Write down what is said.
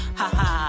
haha